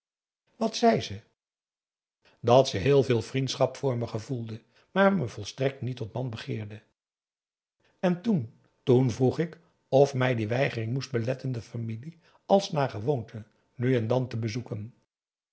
wat zei ze dat ze heel veel vriendschap voor me gevoelde maar me volstrekt niet tot man begeerde en toen toen vroeg ik of mij die weigering moest beletten de familie als naar gewoonte nu en dan te bezoeken